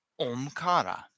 Omkara